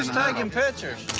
who's taking pictures?